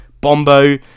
Bombo